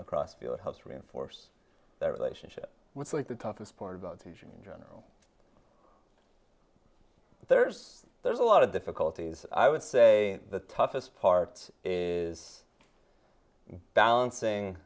the cross field helps reinforce that relationship was like the toughest part about teaching in general there's there's a lot of difficulties i would say the toughest part is balancing